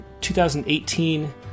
2018